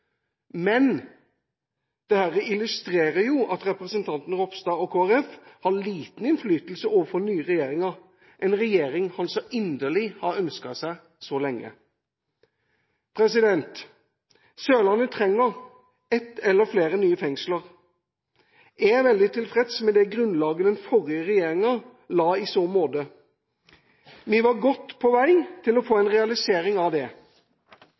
Men dette illustrerer jo at representanten Ropstad og Kristelig Folkeparti har liten innflytelse overfor den nye regjeringa – en regjering han så inderlig har ønsket seg så lenge. Sørlandet trenger ett eller flere nye fengsler. Jeg er veldig tilfreds med det grunnlaget den forrige regjeringa la i så måte. Vi var godt på vei til å få en realisering av det.